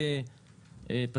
כמו שאמרת,